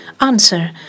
Answer